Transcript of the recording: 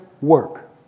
work